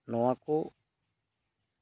ᱱᱚᱶᱟ ᱠᱚ